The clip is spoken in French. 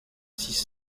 six